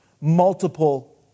multiple